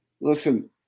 Listen